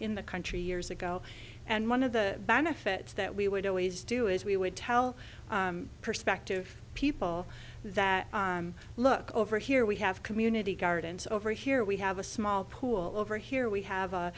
in the country years ago and one of the benefits that we would always do is we would tell perspective people that look over here we have community gardens over here we have a small pool over here we have a